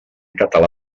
català